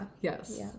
Yes